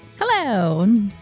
Hello